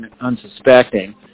unsuspecting